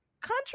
country